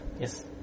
Yes